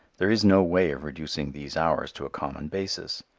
there is no way of reducing these hours to a common basis.